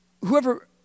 whoever